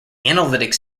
analytic